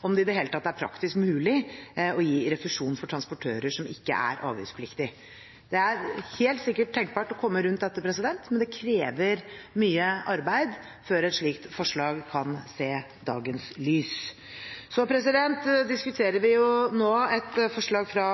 om det i det hele tatt er praktisk mulig å gi refusjon for transportører som ikke er avgiftspliktige. Det er helt sikkert tenkelig å komme rundt dette, men det kreves mye arbeid før et slikt forslag kan se dagens lys. Nå diskuterer vi et forslag fra